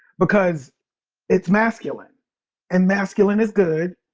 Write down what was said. because it's masculine and masculine is good.